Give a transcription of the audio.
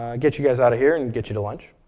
ah get you guys out of here and get you to lunch.